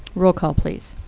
roll call, please.